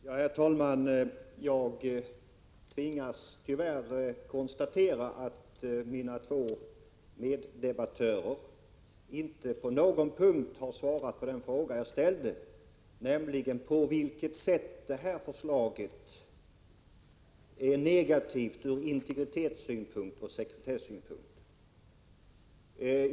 Herr talman! Jag tvingas tyvärr konstatera att mina två meddebattörer inte på någon punkt har svarat på den fråga jag ställde, nämligen på vilket sätt förslaget är negativt från integritetsoch sekretessynpunkt.